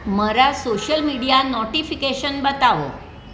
મારા social media notification બતાવો